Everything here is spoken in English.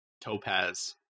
Topaz